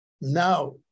Now